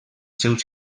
seus